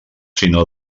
sinó